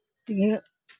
तऽ ई